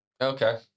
Okay